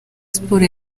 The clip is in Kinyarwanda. sports